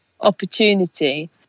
opportunity